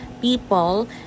people